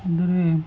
ಅಂದರೆ